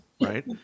right